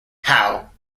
how